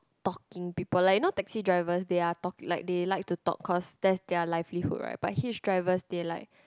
talking people like you know taxi drivers they're talk they like to talk cause that's their livelihood right but Hitch drivers they like